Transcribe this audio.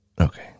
Okay